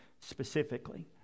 specifically